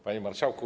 Panie Marszałku!